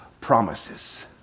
promises